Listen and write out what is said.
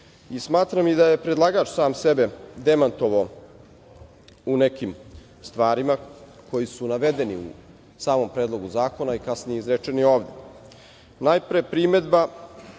Smatram i da je predlagač sam sebe demantovao u nekim stvarima koje su navedene u samom predlogu zakona i kasnije izrečene